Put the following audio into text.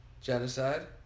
Genocide